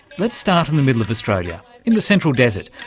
let's start in the middle of australia, in the central desert,